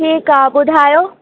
ठीकु आहे ॿुधायो